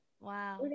Wow